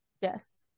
Yes